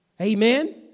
Amen